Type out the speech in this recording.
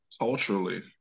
culturally